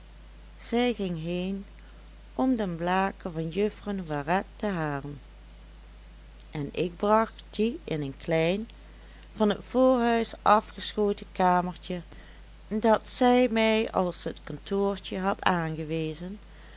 zij ging heen om den blaker van juffrouw noiret te halen en ik bracht die in een klein van t voorhuis afgeschoten kamertje dat zij mij als t kantoortje had aangewezen